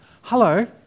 Hello